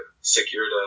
secured